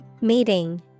Meeting